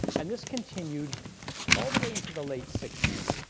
and this continued all the way into the late sixty s,